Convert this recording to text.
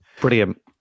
Brilliant